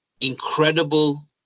incredible